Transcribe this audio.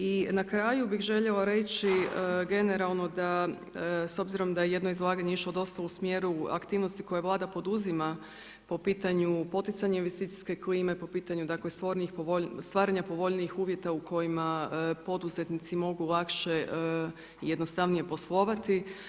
I na kraju, bih željela reći, generalno, da s obzirom da je jedno izlaganje išlo dosta u smjeru koje vlada poduzima po pitanju poticanja investicijske klime, po pitanju, dakle, stvaranje povoljnijih uvjeta u kojima poduzetnici mogu lakše i jednostavnije poslovati.